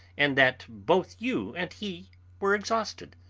and that both you and he were exhausted.